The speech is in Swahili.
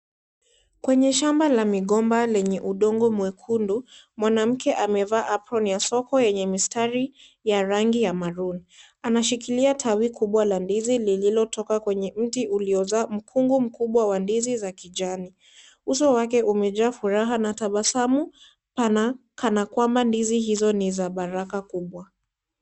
Kwenye shamba la migomba lenye udongo mwekundu, mwanamke amevaa apron ya soko yenye mistari ya rangi ya maroon . Ameshikilia tawi kubwa la ndizi lililotoka kwenye mti uliozaa mkungu mkubwa wa ndizi za kijani. Uso wake umejaa furaha na tabasamu pana kana kwamba ndizi hizo niza baraka kubwa.